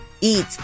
eat